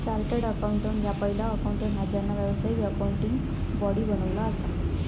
chartered accountant ह्या पहिला accountant हा ज्यांना व्यावसायिक अकाउंटिंग बॉडी बनवली असा